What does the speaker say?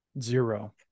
Zero